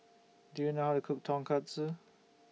Do YOU know How to Cook Tonkatsu